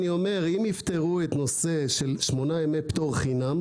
אני אומר שאם יפתרו את נושא שמונה ימי פטור חינם